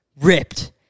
ripped